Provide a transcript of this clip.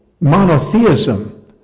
monotheism